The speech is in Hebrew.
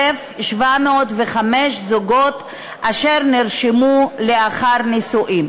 52,705 זוגות אשר נרשמו לאחר נישואים.